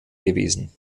gewesen